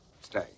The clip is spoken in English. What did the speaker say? Stay